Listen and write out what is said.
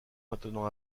maintenant